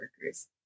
workers